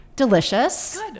delicious